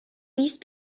these